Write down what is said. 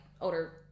older